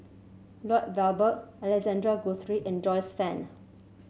Lloyd Valberg Alexander Guthrie and Joyce Fan